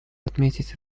отметить